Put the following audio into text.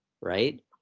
right